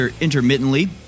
intermittently